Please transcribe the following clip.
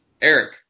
Eric